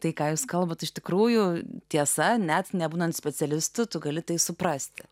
tai ką jūs kalbate iš tikrųjų tiesa net nebūnant specialistu tu gali tai suprasti